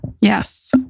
Yes